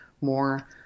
more